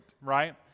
right